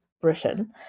britain